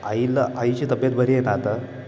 आईला आईची तब्बेत बरी आहे ना आता